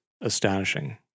astonishing